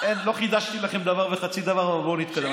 לא חידשתי לכם דבר וחצי דבר, אבל בואו נתקדם.